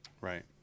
right